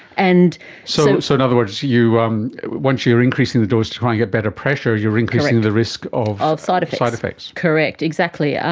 and so so in other words, um once you are increasing the dose to try and get better pressure you are increasing the risk of of sort of side effects. correct, exactly. ah